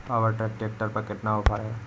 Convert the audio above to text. Power track tractor पर कितना offer है?